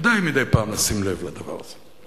כדאי מדי פעם לשים לב לדבר הזה.